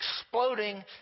exploding